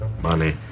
Money